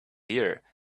ear